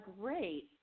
Great